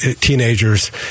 teenagers